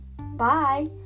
bye